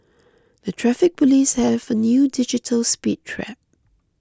the Traffic Police have a new digital speed trap